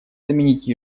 заменить